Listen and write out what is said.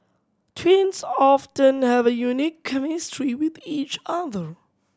twins often have a unique chemistry with each other